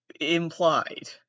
implied